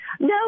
No